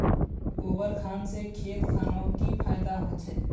गोबर खान से खेत खानोक की फायदा होछै?